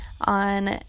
on